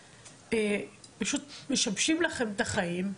שפשוט משבשים לכם את החיים.